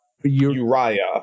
Uriah